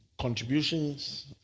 contributions